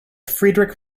friedrich